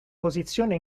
posizione